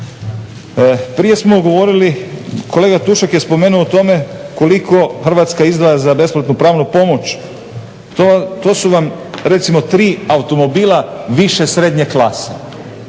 četvornih metara. Kolega Tušak je spomenuo o tome koliko Hrvatska izdvaja za besplatnu pravnu pomoć. To su vam recimo tri automobila više srednje klase